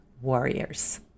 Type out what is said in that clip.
warriors